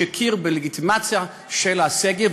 שהכיר בלגיטימציה של הסגר,